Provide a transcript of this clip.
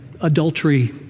adultery